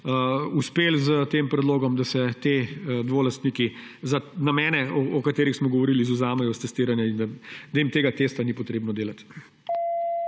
uspeli s tem predlogom, da se dvolastniki za namene, o katerih smo govorili, izvzamejo iz testiranja in da jim tega testa ni potrebno delati.